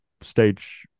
Stage